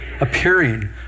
Appearing